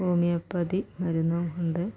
homeopathy മരുന്നുകൊണ്ട്